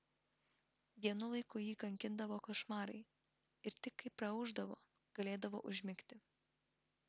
vienu laiku jį kankindavo košmarai ir tik kai praaušdavo galėdavo užmigti